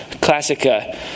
classic